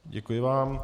Děkuji vám.